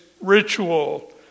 ritual